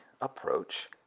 approach